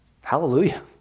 Hallelujah